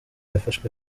yafashwe